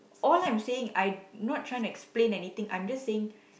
all I'm saying I not trying to explain anything I'm just saying